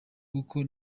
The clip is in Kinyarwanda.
kuko